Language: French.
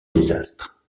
désastre